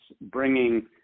bringing